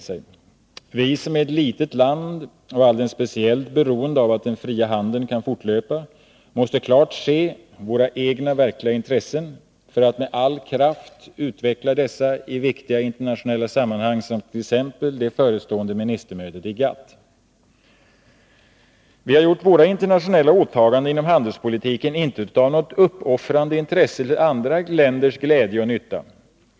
Vi i Sverige, som är ett litet land, alldeles speciellt beroende av att den fria handeln kan fortlöpa, måste klart se våra egna verkliga intressen för att med all kraft utveckla dessa i viktiga internationella sammanhang, som t.ex. det förestående ministermötet i GATT. Vi har inte gjort våra internationella åtaganden inom handelspolitiken av något uppoffrande intresse till andra länders glädje och nytta.